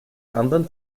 anderen